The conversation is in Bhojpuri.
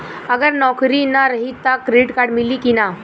अगर नौकरीन रही त क्रेडिट कार्ड मिली कि ना?